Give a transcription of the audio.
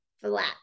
flat